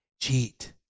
cheat